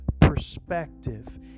perspective